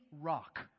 rock